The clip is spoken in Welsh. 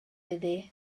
iddi